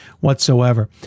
whatsoever